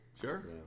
sure